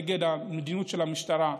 נגד המדיניות של המשטרה,